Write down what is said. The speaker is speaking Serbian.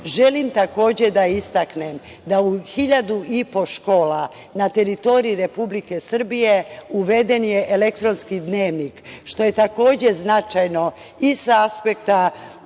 takođe, da istaknem da u 1.500 škola na teritoriji Republike Srbije uveden je elektronski dnevnik, što je, takođe, značajno i sa aspekta